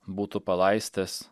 būtų palaistęs